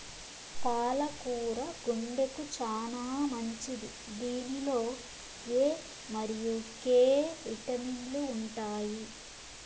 పాల కూర గుండెకు చానా మంచిది దీనిలో ఎ మరియు కే విటమిన్లు ఉంటాయి